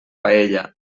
paella